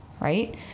Right